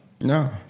No